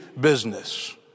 business